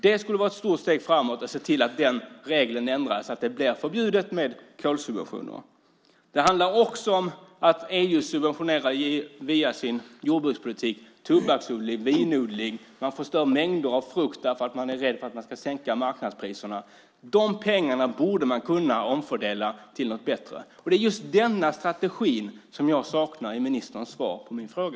Det skulle vara ett stort steg framåt att se till att den regeln ändras så att det blev förbjudet med kolsubventioner. EU subventionerar också via sin jordbrukspolitik tobaksodling och vinodling. Man förstör mängder av frukt därför att man är rädd för att man ska sänka marknadspriserna. De pengarna borde man kunna omfördela till något bättre. Det är just denna strategi som jag saknar i ministerns svar på min fråga.